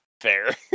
Fair